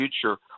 future